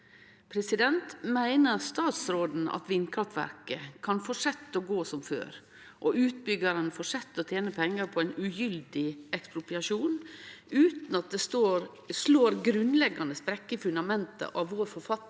Meiner statsråden at vindkraftverket kan fortsette å gå som før og utbyggarane fortsette å tene pengar på ein ugyldig ekspropriasjon utan at det slår grunnleggande sprekkar i fundamentet av forfatninga